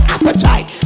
Appetite